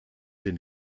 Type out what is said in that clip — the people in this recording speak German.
den